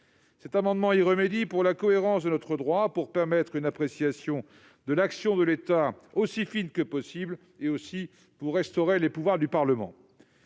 Cet amendement tend à y remédier, pour assurer la cohérence de notre droit, afin de permettre une appréciation de l'action de l'État aussi fine que possible et pour restaurer les pouvoirs du Parlement.